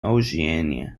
oceania